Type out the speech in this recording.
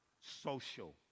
social